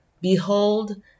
Behold